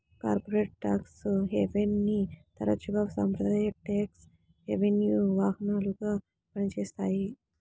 corporate tax హెవెన్ని తరచుగా సాంప్రదాయ ట్యేక్స్ హెవెన్కి వాహనాలుగా పనిచేస్తాయి